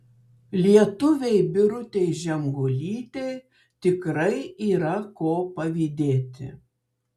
lietuvei birutei žemgulytei tikrai yra ko pavydėti